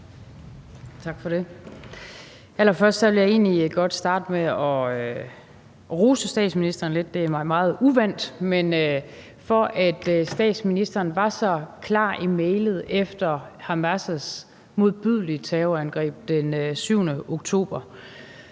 Tak for det. Allerførst vil jeg egentlig godt rose statsministeren lidt – det er mig meget uvant – for, at statsministeren var så klar i mælet efter Hamas' modbydelige terrorangreb den 7. oktober